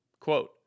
Quote